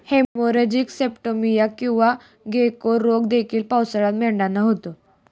haemorrhagic septicaemia किंवा गेको रोग देखील पावसाळ्यात मेंढ्यांना होतो